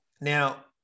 now